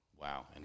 Wow